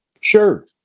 Sure